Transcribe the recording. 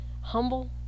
Humble